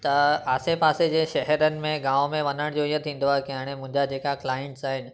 त आसे पासे जे शहरनि में गांव में वञण जो इहो थींदो आहे की हाणे मुंहिंजा जेका क्लाइंट्स आहिनि